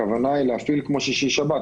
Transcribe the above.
הכוונה היא להפעיל כמו בשישי-שבת.